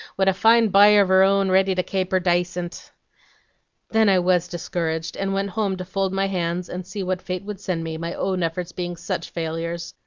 wid a fine bye av her own ready to kape her daycint then i was discouraged, and went home to fold my hands, and see what fate would send me, my own efforts being such failures.